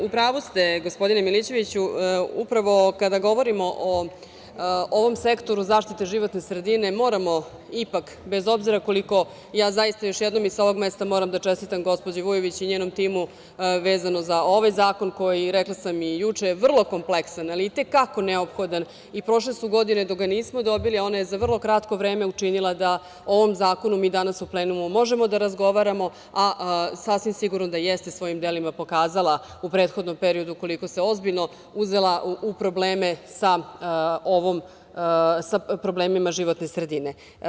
U pravu ste gospodine Milićeviću, upravo kada govorimo o ovom sektoru zaštite životne sredine moramo ipak bez obzira koliko ja zaista još jednom i sa ovog mesta moram da čestitam gospođi Vujović i njenom timu vezano za ovaj zakon koji, rekla sam i juče, vrlo kompleksan ali i te kako neophodan i prošle su godine dok ga nismo dobili, a ona je za vrlo kratko vreme učinila da ovom zakonu mi danas u plenumu možemo da razgovaramo, a sasvim sigurno da jeste svojim delima pokazala u prethodnom periodu koliko se ozbiljno uzela sa problemima životne sredine.